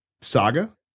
saga